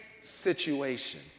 situation